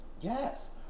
Yes